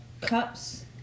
cups